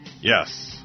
Yes